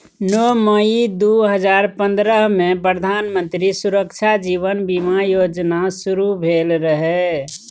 नौ मई दु हजार पंद्रहमे प्रधानमंत्री सुरक्षा जीबन बीमा योजना शुरू भेल रहय